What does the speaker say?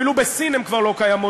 אפילו בסין הן כבר לא קיימות,